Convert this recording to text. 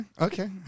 okay